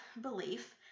belief